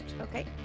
Okay